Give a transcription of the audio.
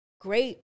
great